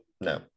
No